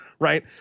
right